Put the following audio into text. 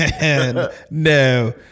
No